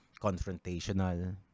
confrontational